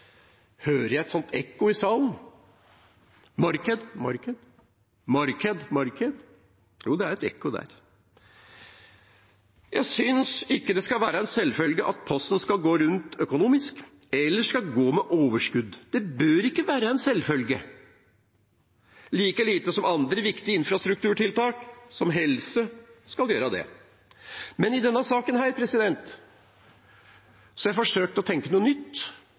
ekko i salen: marked, marked, marked? Jo, det er et ekko her. Jeg syns ikke det skal være en selvfølge at Posten skal gå rundt økonomisk, eller gå med overskudd. Det bør ikke være en selvfølge – like lite som andre viktige infrastrukturtiltak, som helse, skal gjøre det. Men i denne saken har jeg forsøkt å tenke nytt